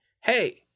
hey